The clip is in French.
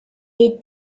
est